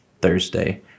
Thursday